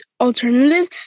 alternative